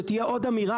שתהיה עוד אמירה.